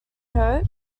hope